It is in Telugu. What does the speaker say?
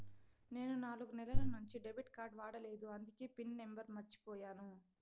నేను నాలుగు నెలల నుంచి డెబిట్ కార్డ్ వాడలేదు అందికే పిన్ నెంబర్ మర్చిపోయాను